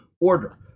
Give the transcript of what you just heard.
order